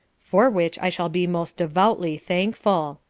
for which i shall be most devoutly thankful,